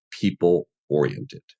people-oriented